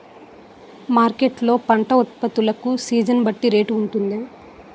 Market లొ పంట ఉత్పత్తి లకు సీజన్ బట్టి రేట్ వుంటుందా?